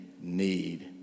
need